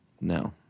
No